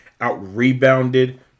out-rebounded